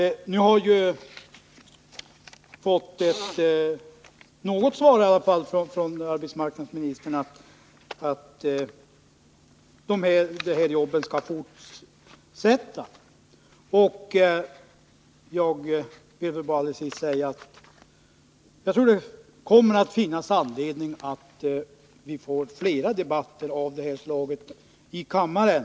Nu har jag i alla fall fått något svar från arbetsmarknadsministern, nämligen att de här jobben skall fortsätta. Jag vill därför till sist bara säga att jagtror att det kommer att finnas anledning till flera debatter av det här slaget i kammaren.